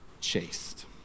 chased